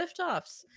Liftoffs